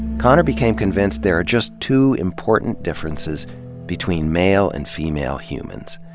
konner became convinced there are just two important differences between male and female humans.